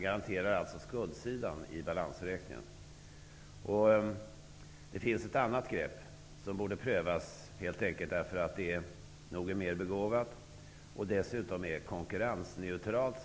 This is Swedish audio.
Det är alltså skuldsidan i balansräkningen som garanteras. Men det finns ett annat grepp som borde prövas, som är något mer begåvat och dessutom konkurrensneutralt.